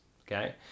okay